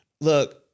look